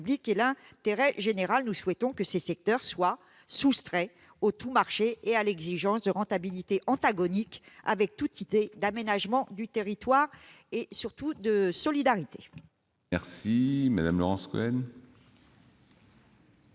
et l'intérêt général. Nous souhaitons que ces secteurs soient soustraits au tout-marché et à l'exigence de rentabilité, incompatibles avec toute idée d'aménagement du territoire et, surtout, de solidarité.